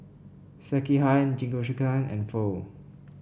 Sekihan Jingisukan and Pho